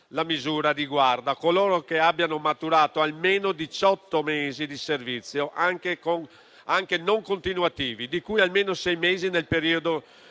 La misura riguarda coloro che abbiano maturato almeno diciotto mesi di servizio anche non continuativi, di cui almeno sei mesi nel periodo che intercorre